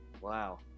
Wow